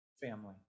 family